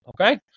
Okay